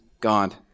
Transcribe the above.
God